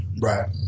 Right